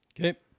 Okay